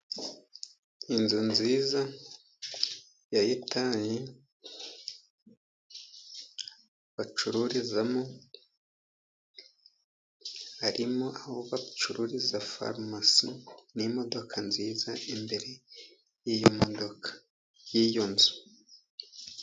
Inzu nziza ya etaje bacururizamo. Harimo aho bacururiza farumasi n'imodoka nziza imbere y'iyo nzu.